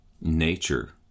nature